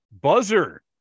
buzzer